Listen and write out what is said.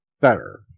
better